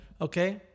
Okay